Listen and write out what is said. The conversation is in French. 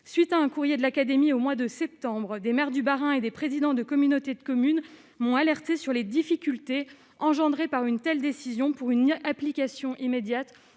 suite à un courrier de l'Académie, au mois de septembre des maires du Bas-Rhin et des présidents de communautés de communes mon alerter sur les difficultés engendrées par une telle décision pour une application immédiate